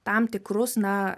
tam tikrus na